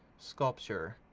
sculpture.